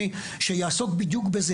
קהילתי שיעסוק בדיוק בזה.